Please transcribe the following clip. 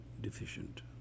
deficient